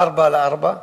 4 על 4,